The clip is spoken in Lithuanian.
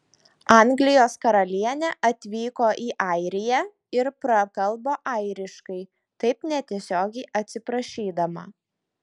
anglijos karalienė atvyko į airiją ir prakalbo airiškai taip netiesiogiai atsiprašydama